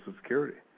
Security